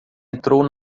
entrou